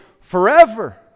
forever